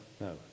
no